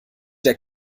der